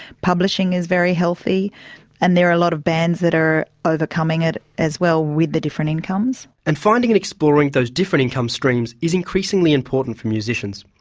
publishing is very healthy and there are a lot of bands that are overcoming it as well, with the different incomes. and finding and exploring those different income streams is increasingly important for musicians.